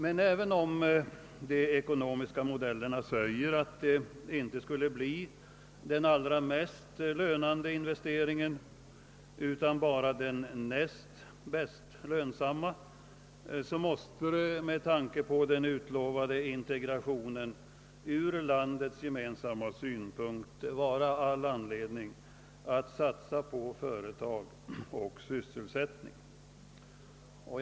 Men även om de ekonomiska kalkylerna säger att investeringen i Norrland inte skulle bli den allra mest lönande utan bara den näst lönsammaste, måste det med tanke på den utlovade integrationen från hela landets synpunkt vara all anledning att satsa på företag och sysselsättning där.